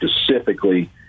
specifically